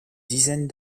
dizaine